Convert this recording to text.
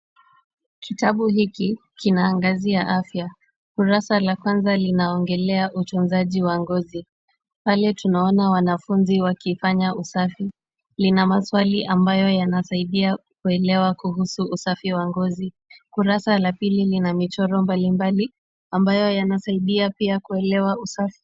Kitabu hiki kinaangazia afya. Kurasa la kwanza linaongelea utunzaji wa ngozi. Pale tunaona wanafunzi wakifanya usafi. Lina maswali ambayo yanasaidia kuelewa kuhusu usafi wa ngozi. Kurasa la pili lina michoro mbalimbali ambayo yanasaidia pia kuelewa usafi.